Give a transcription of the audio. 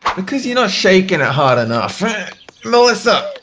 because you're not shaking it hard enough melissa,